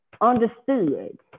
understood